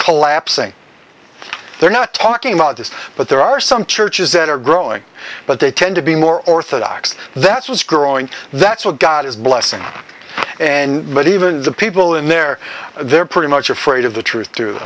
collapsing they're not talking about this but there are some churches that are growing but they tend to be more orthodox that's was growing that's what god is blessing and but even the people in there they're pretty much afraid of the truth through